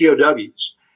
POWs